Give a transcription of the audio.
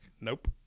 Nope